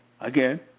again